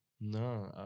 No